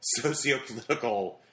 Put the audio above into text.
sociopolitical